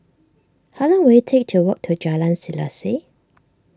how long will it take to walk to Jalan Selaseh